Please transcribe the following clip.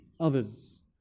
others